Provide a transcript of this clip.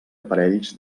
aparells